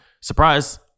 Surprise